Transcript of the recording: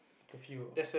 curfew ah